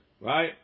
Right